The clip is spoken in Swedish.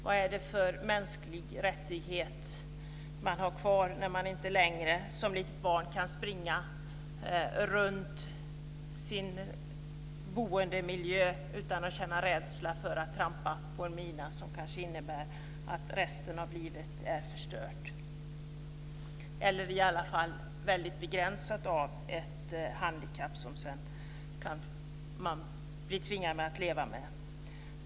Vad är det för mänskliga rättigheter man har kvar när man inte längre som litet barn kan springa runt i sin boendemiljö utan att känna rädsla för att trampa på en mina som kanske innebär att resten av livet är förstört eller i alla fall väldigt begränsat av ett handikapp som man kan bli tvingad att leva med?